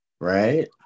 right